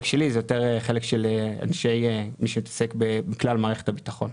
שלי אלא יותר של מי שמתעסק בכלל מערכת הביטחון.